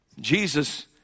Jesus